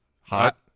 hot